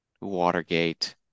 Watergate